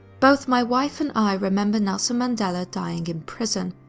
both my wife and i remember nelson mandela dying in prison.